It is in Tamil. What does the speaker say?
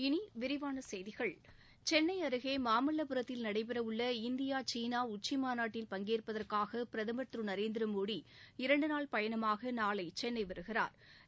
இனி விரிவான செய்திகள் சென்னை அருகே மாமல்லபுரத்தில் நடைபெறவுள்ள இந்தியா சீனா உச்சிமாநாட்டில் பங்கேற்பதற்காக பிரதமா் திரு நரேந்திரமோடி இரண்டுநாள் பயணமாக நாளை சென்னை வருகிறாா்